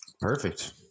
Perfect